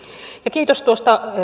ja kiitos tuosta